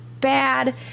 bad